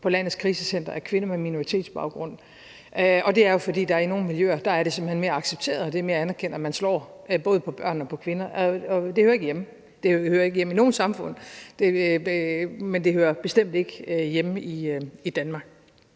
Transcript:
på landets krisecentre af kvinder med minoritetsbaggrund, og det er jo, fordi det i nogle miljøer simpelt hen er mere accepteret og det er mere anerkendt, at man slår både på børn og kvinder. Det hører ikke hjemme. Det hører ikke hjemme i noget samfund, men det hører bestemt ikke hjemme i Danmark.